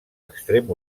extrem